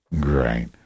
Great